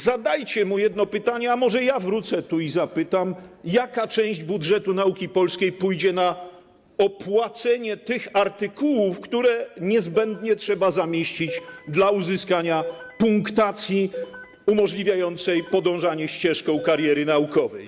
Zadajcie mu jedno pytanie, a może ja wrócę tu i zapytam: Jaka część budżetu nauki polskiej pójdzie na opłacenie tych artykułów, które niezbędnie trzeba zamieścić dla uzyskania punktacji umożliwiającej podążanie ścieżką kariery naukowej?